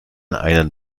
einen